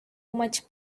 much